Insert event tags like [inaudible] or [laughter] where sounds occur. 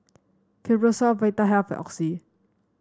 [unintelligible] Vitahealth Oxy